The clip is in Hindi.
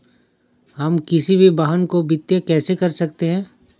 हम किसी भी वाहन को वित्त कैसे कर सकते हैं?